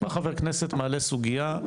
בא חבר כנסת ומעלה סוגיה,